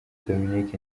dominic